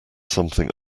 something